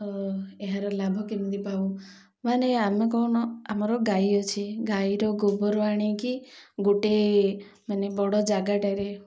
ଏହାର ଲାଭ କେମିତି ପାଉ ମାନେ ଆମେ କ'ଣ ଆମର ଗାଈ ଅଛି ଗାଈର ଗୋବର ଆଣିକି ଗୋଟେ ମାନେ ବଡ଼ ଜାଗାଟାରେ